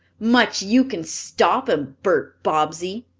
much you can stop em, bert bobbsey.